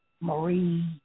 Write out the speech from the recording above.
Marie